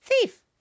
thief